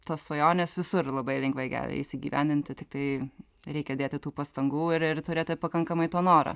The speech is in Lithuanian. tos svajonės visur labai lengvai gali įsigyvendinti tiktai reikia dėti tų pastangų ir ir turėti pakankamai to noro